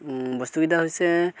বস্তুকেইটা হৈছে